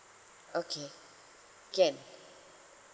okay can